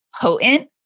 potent